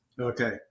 Okay